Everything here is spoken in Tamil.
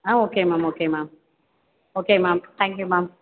ah okay ma'am okay ma'am okay ma'am thank you ma'am